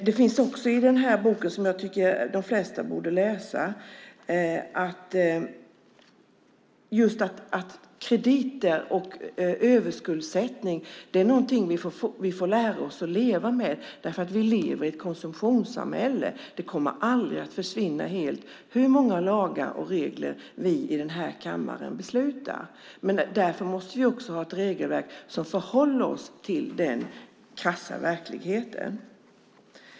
Det står också i rapporten, som jag tycker att de flesta borde läsa, att krediter och överskuldsättning är någonting vi får lära oss att leva med. Vi lever i ett konsumtionssamhälle; det kommer aldrig att helt försvinna hur många lagar och regler vi i den här kammaren än beslutar. Därför måste vi ha ett regelverk för att förhålla oss till den krassa verkligheten.